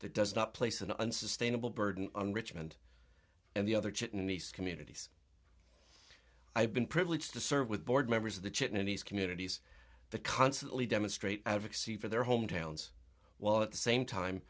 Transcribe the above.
that does not place an unsustainable burden on richmond and the other chiton these communities i've been privileged to serve with board members of the chin in these communities the constantly demonstrate advocacy for their hometowns while at the same time